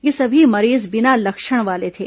ये सभी मरीज बिना लक्षण वाले थे